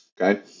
Okay